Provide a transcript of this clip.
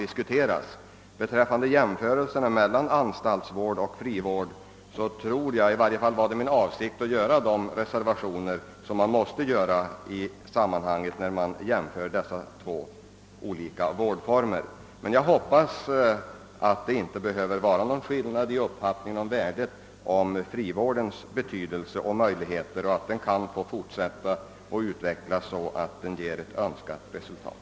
Det var min avsikt att vid jämförelsen mellan anstaltsvården och frivården göra de reservationer som måste göras i sammanhanget och jag hoppas statsrådet uppfattade detta. Det gläder mig om det inte råder någon större skillnad i uppfattningen om värdet av frivårdens betydelse och behovet av att den utvecklas.